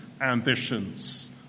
ambitions